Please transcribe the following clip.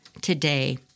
today